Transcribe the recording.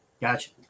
Gotcha